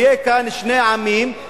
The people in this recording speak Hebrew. יהיו כאן שני עמים,